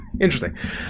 Interesting